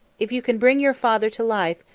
if you can bring your father to life,